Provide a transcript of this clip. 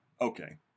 okay